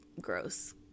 gross